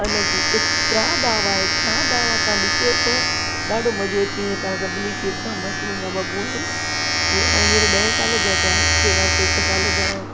अलॻि ऐतिरां ॾांवा ऐतिरा ॾांवा तव्हां ॾिसो त ॾाढो मज़ो अचीं वेंदव तव्हां सभिनी खे एतिरा मस्तु मुंहिंजा बबू आहिनि उहे हाणे ॾहें सालें जा थियां आहिनि पहिरियां त हिक साल जा हा